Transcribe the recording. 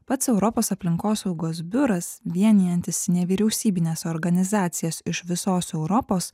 pats europos aplinkosaugos biuras vienijantis nevyriausybines organizacijas iš visos europos